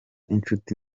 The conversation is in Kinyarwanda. inshuti